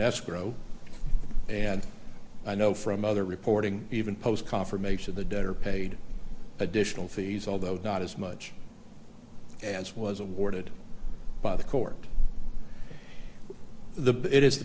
escrow and i know from other reporting even post confirmation the debtor paid additional fees although not as much as was awarded by the court the it is the